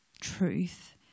truth